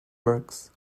works